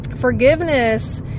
forgiveness